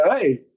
hey